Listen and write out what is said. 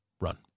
run